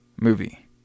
movie